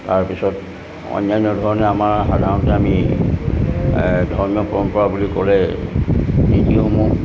তাৰপিছত অন্যান্য ধৰণে আমাৰ সাধাৰণতে আমি ধৰ্মীয় পৰম্পৰা বুলি ক'লে ৰীতিসমূহ